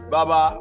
Baba